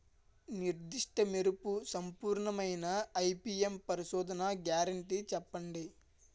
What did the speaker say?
నిర్దిష్ట మెరుపు సంపూర్ణమైన ఐ.పీ.ఎం పరిశోధన గ్యారంటీ చెప్పండి?